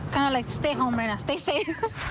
alex stay home and stay safe.